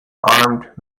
armed